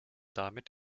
damit